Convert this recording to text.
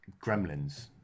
Gremlins